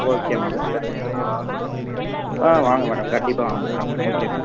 okay madam thanks ஆ ஆ வாங்க மேடம் கண்டிப்பாக வாங்க மேடம் ஓகே மேடம்